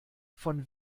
von